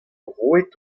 roet